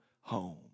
home